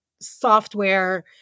software